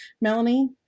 Melanie